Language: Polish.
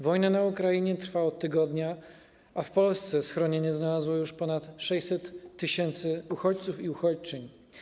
Wojna na Ukrainie trwa od tygodnia, a w Polsce schronienie znalazło już ponad 600 tys. uchodźców i uchodźczyń.